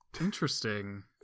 Interesting